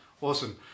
Awesome